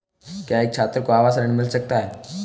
क्या एक छात्र को आवास ऋण मिल सकता है?